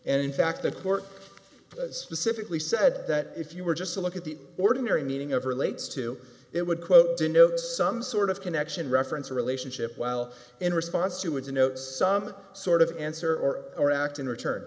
and in fact the court specifically said that if you were just to look at the ordinary meaning of relates to it would quote denote some sort of connection reference or relationship while in response to it denotes some sort of answer or or act in return